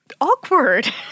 Awkward